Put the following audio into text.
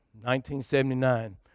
1979